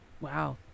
Wow